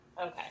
Okay